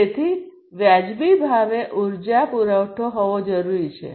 તેથી વાજબી ભાવે ઉર્જા પુરવઠો હોવો જરૂરી છે